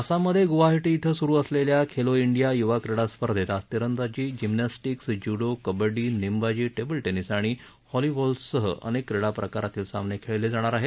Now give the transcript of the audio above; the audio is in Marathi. आसाममधे गुवाहाटी बें सुरु असलेल्या खेलो डिया युवाक्रीडास्पर्धेत आज तिरंदाजी जिम्नॅस्टीक्स जुडो कबड्डी नेमबाजी टेबलटेनिस आणि हॉलीबॉलसह अनेक क्रीडाप्रकारातील सामने खेळले जाणार आहेत